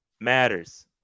matters